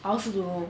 I also don't know